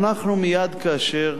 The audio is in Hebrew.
ואנחנו, מייד כאשר